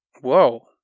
Whoa